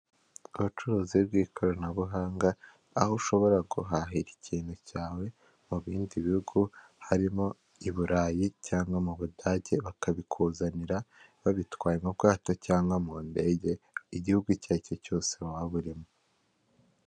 Umukandida wiyamamariza kuba perezida wa repubulika w'ishyaka rya green gurini pate Frank Habineza ari kwiyamamaza abanyamakuru bagenda bamufotora abamwungirije n'abamuherekeje bamugaragiye abaturage bitabiriye inyuma ya senyegi yaho ari bitabiriye baje kumva ibyo abagezaho.